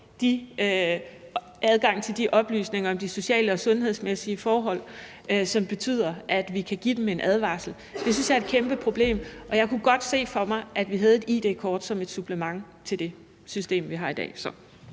ikke adgang til de oplysninger om de sociale og sundhedsmæssige forhold, som betyder, at vi kan give dem en advarsel. Det synes jeg er et kæmpeproblem, og jeg kunne godt se for mig, at vi fik et id-kort som et supplement til det system, vi har i dag.